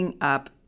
up